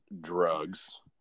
drugs